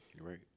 Right